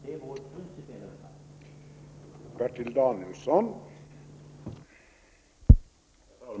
Det är vår principiella uppfattning.